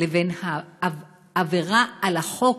לבין העבירה על החוק,